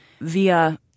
via